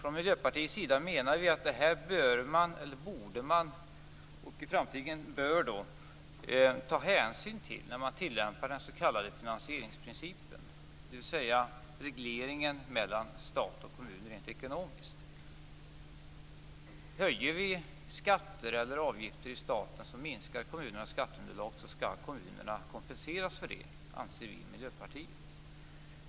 Från Miljöpartiets sida menar vi att man borde ha tagit hänsyn till detta - och i framtiden bör göra det - när man tillämpat den s.k. finansieringsprincipen, dvs. regleringen mellan stat och kommuner rent ekonomiskt. Höjer vi i staten skatter eller avgifter som minskar kommunernas skatteunderlag så skall kommunerna kompenseras för det, anser vi i Miljöpartiet.